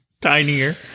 tinier